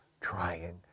trying